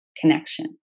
connection